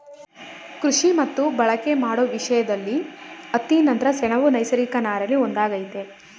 ಕೃಷಿ ಮತ್ತು ಬಳಕೆ ಮಾಡೋ ವಿಷಯ್ದಲ್ಲಿ ಹತ್ತಿ ನಂತ್ರ ಸೆಣಬು ನೈಸರ್ಗಿಕ ನಾರಲ್ಲಿ ಒಂದಾಗಯ್ತೆ